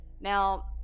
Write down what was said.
Now